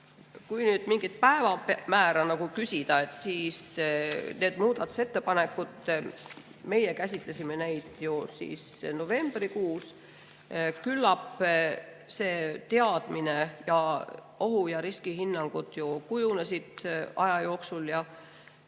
Kui nüüd mingit päeva küsida, siis need muudatusettepanekud – meie käsitlesime neid ju novembrikuus. Küllap see teadmine ja ohu- ja riskihinnangud kujunesid aja jooksul.